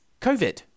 covid